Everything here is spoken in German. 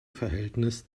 verhältnis